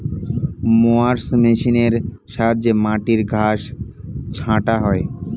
mowers মেশিনের সাহায্যে মাটির ঘাস ছাঁটা হয়